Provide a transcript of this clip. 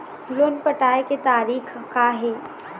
Loan पटाए के तारीख़ का हे?